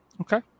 Okay